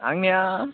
आंनिया